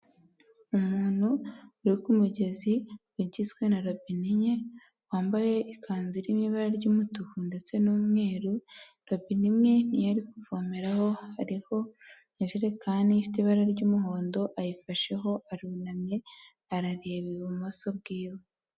Umuntu uri ku mugezi ugizwe na robine enye, wambaye ikanzu iri mu ibara ry'umutuku ndetse n'umweru, robine imwe niyo ari kuvomeraho, hariho injerekani ifite ibara ry'umuhondo ayifasheho, arunamye, arareba ibumoso bwiwe.